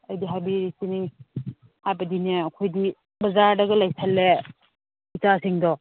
ꯑꯩꯗꯤ ꯍꯥꯏꯕꯤꯔꯤꯁꯤꯅꯤ ꯍꯥꯏꯕꯗꯤꯅꯦ ꯑꯩꯈꯣꯏꯗꯤ ꯕꯖꯥꯔꯗꯒ ꯂꯩꯁꯤꯜꯂꯦ ꯏꯆꯥꯁꯤꯡꯗꯣ